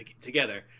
together